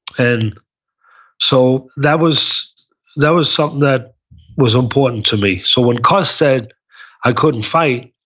and so that was that was something that was important to me. so when cus said i couldn't fight,